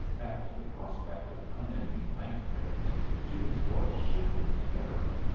at the prospect of unending nightmares jimmie's voice shook with terror.